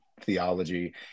theology